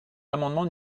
l’amendement